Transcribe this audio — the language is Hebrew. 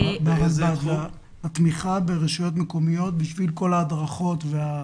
אני מתכוון לתמיכה ברשויות המקומיות כדי לקיים את כל ההדרכות וכו'.